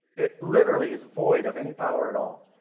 it literally is void of any power at all.